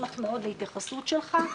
אשמח מאוד להתייחסות שלך.